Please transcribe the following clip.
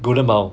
golden mile